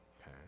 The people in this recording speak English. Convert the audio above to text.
okay